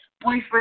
boyfriend